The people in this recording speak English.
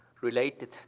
Related